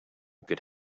could